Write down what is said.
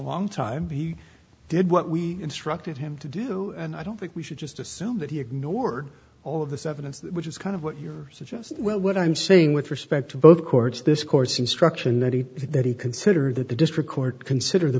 long time he did what we instructed him to do and i don't think we should just assume that he ignored all of this evidence which is kind of what he just well what i'm saying with respect to both courts this course instruction that he that he consider that the district court consider